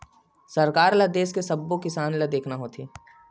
सरकार ल देस के सब्बो किसान ल देखना होथे